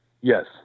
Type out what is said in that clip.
Yes